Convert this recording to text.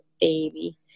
baby